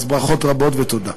אז ברכות רבות ותודה.